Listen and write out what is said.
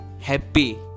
happy